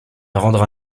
rendra